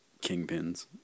Kingpins